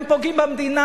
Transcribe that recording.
הם פוגעים במדינה.